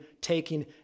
taking